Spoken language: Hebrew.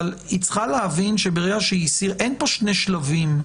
היא צריכה להבין שאין פה שני שלבים,